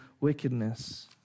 wickedness